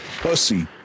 pussy